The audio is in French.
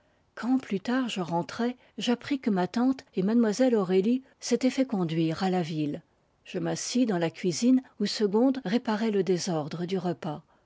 quand plus tard je rentrai j'appris que ma tante et mlle aurélie s'étaient fait conduire à la ville je m'assis dans la cuisine où segonde réparait le désordre du repas